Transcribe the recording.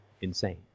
insane